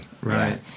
Right